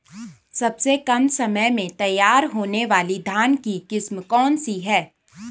सबसे कम समय में तैयार होने वाली धान की किस्म कौन सी है?